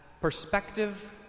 perspective